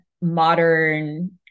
modern